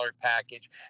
package